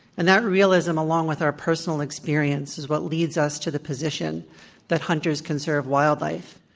and that realism, along with our personal experience, is what leads us to the position that hunters conserve wildlife.